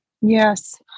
yes